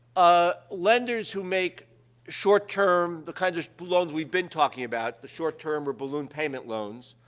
ah, lenders who make short-term the kinds of loans we've been talking about, the short-term or balloon payment loans,